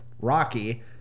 Rocky